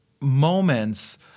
moments